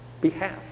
behalf